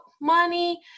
money